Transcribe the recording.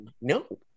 No